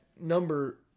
number